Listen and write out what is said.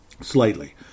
slightly